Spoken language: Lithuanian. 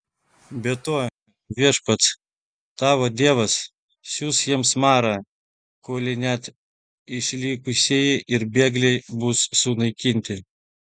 be to viešpats tavo dievas siųs jiems marą kolei net išlikusieji ir bėgliai bus sunaikinti